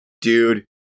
Dude